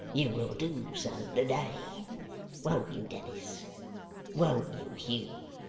you will do so to-day. won't you, dennis won't you, hugh